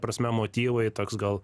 prasme motyvai toks gal